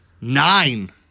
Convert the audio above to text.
Nine